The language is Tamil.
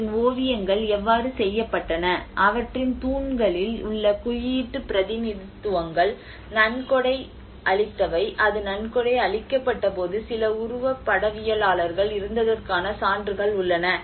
அவற்றின் ஓவியங்கள் எவ்வாறு செய்யப்பட்டன அவற்றின் தூண்களில் உள்ள குறியீட்டு பிரதிநிதித்துவங்கள் நன்கொடை அளித்தவை அது நன்கொடை அளிக்கப்பட்டபோது சில உருவப்படவியலாளர்கள் இருந்ததற்கான சான்றுகள் உள்ளன